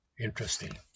Interesting